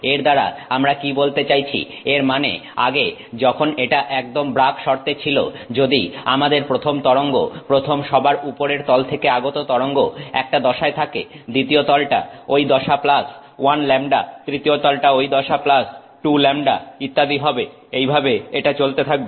এর দ্বারা আমরা কি বলতে চাইছি এর মানে আগে যখন এটা একদম ব্রাগ শর্তে ছিল যদি আমাদের প্রথম তরঙ্গ প্রথম সবার উপরের তল থেকে আগত তরঙ্গ একটা দশায় থাকে দ্বিতীয় তলটা ঐ দশা 1 λ তৃতীয় তলটা ঐ দশা 2 λ ইত্যাদি হবে এইভাবে এটা চলতে থাকবে